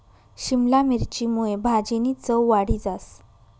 शिमला मिरची मुये भाजीनी चव वाढी जास